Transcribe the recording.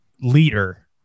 leader